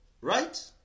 right